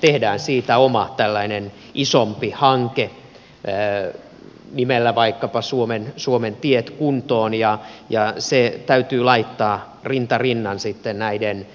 tehdään siitä oma tällainen isompi hanke vaikkapa nimellä suomen tiet kuntoon ja se täytyy laittaa rinta rinnan sitten näiden